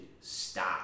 stop